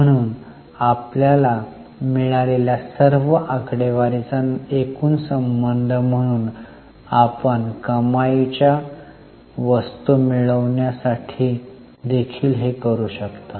म्हणून आपल्याला मिळालेल्या सर्व आकडेवारीचा एकूण संबंध म्हणून आपण कमाई च्या वस्तू मिळवण्यासाठी देखील हे करू शकता